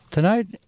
Tonight